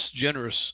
generous